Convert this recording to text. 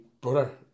brother